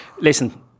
Listen